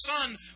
Son